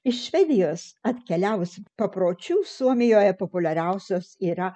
iš švedijos atkeliavusi papročių suomijoje populiariausios yra